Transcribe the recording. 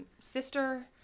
sister